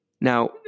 Now